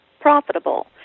profitable